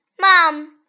Mom